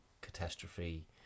catastrophe